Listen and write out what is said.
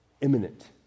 Imminent